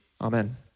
Amen